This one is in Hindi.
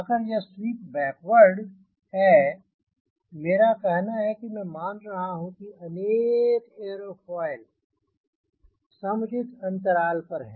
अगर यह स्वीप बैकवर्ड है मेरा कहना है कि मैं मान रहा हूँ कि अनेक एयरोफॉयल समुचित अंतराल पर है